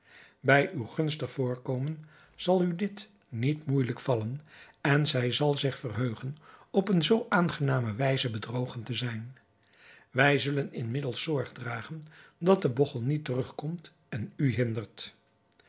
bij uw gunstig voorkomen zal u dit niet moeijelijk vallen en zij zal zich verheugen op eene zoo aangename wijze bedrogen te zijn wij zullen inmiddels zorg dragen dat de bogchel niet terugkomt en u hindert